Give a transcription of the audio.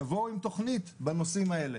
תבואו עם תוכנית בנושאים האלה.